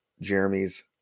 Jeremy's